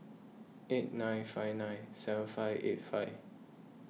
eight nine five nine seven five eight five